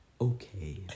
okay